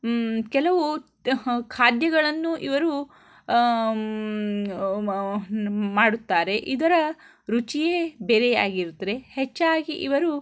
ಕೆಲವು ಖಾದ್ಯಗಳನ್ನು ಇವರು ಮಾಡುತ್ತಾರೆ ಇದರ ರುಚಿಯೇ ಬೇರೆಯಾಗಿರುತ್ತದೆ ಹೆಚ್ಚಾಗಿ ಇವರು